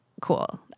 cool